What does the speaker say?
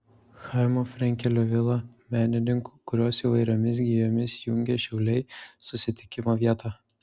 chaimo frenkelio vila menininkų kuriuos įvairiomis gijomis jungia šiauliai susitikimo vieta